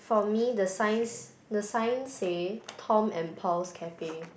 for me the signs the sign say Tom and Paul's cafe